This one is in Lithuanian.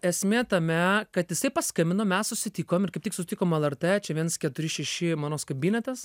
esmė tame kad jisai paskambino mes susitikom ir kaip tik susitikom lrt čia viens keturi šeši man rods kabinetas